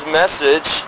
message